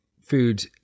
food